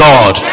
God